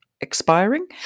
Expiring